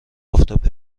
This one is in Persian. آفتاب